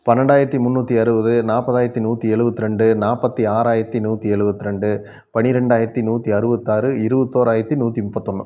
பன்னெண்டாயிரத்தி முன்னூற்றி அறுபது நாற்பதாயிரத்தி நூற்றி எழுவத்தி ரெண்டு நாற்பத்தி ஆறாயிரத்து நூற்றி எழுவத்தி ரெண்டு பன்னிரெண்டாயிரத்தி நூற்றி அறுபத்தாறு இருபத்தோராயிரத்தி நூற்றி முப்பத்தொன்னு